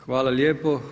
Hvala lijepo.